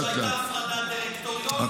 שהייתה הפרדת דירקטוריון, אין בעיה.